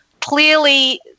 clearly